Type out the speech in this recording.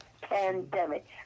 pandemic